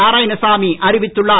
நாராயணசாமி அறிவித்துள்ளார்